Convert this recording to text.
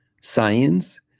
science